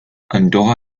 andorra